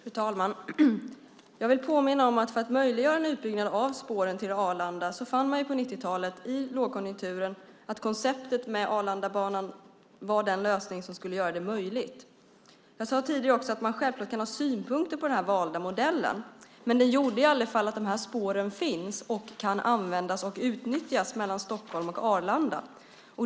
Fru talman! Jag vill påminna om att för att möjliggöra en utbyggnad av spåren till Arlanda fann man på 90-talet, i lågkonjunkturen, att konceptet med Arlandabanan var den lösning som skulle göra det möjligt. Jag sade tidigare också att man självklart kan ha synpunkter på den valda modellen, men den gjorde i alla fall att de här spåren finns och kan användas och utnyttjas mellan Stockholm och Arlanda.